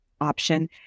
option